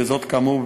וכאמור,